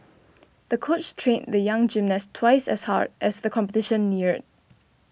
the coach trained the young gymnast twice as hard as the competition neared